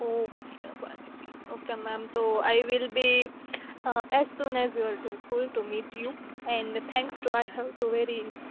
okay okay ma'am તો I will be as soon as you'll to meet you and thanks to I have to very